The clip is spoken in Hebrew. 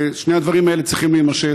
שני הדברים האלה צריכים להימשך.